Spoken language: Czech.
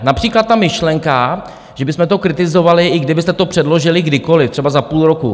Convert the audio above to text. Například ta myšlenka, že bychom to kritizovali, i kdybyste to předložili kdykoliv, třeba za půl roku.